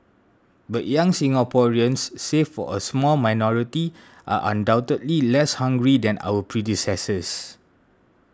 but young Singaporeans save for a small minority are undoubtedly less hungry than our predecessors